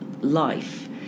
life